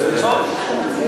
והתפוצות.